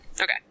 Okay